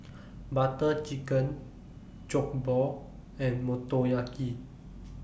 Butter Chicken Jokbal and Motoyaki